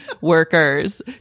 workers